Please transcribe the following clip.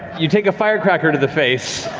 you take a firecracker to the face.